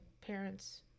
parents